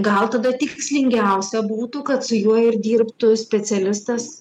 gal tada tikslingiausia būtų kad su juo ir dirbtų specialistas